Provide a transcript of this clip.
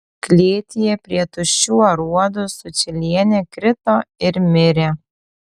klėtyje prie tuščių aruodų sučylienė krito ir mirė